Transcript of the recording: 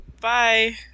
Bye